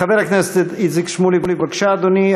חבר הכנסת איציק שמולי, בבקשה, אדוני.